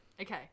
okay